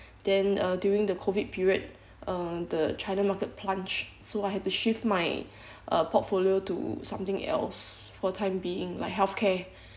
then uh during the COVID period uh the china market plunged so I had to shift my uh portfolio to something else for time being like health care